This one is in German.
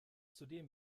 zudem